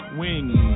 wings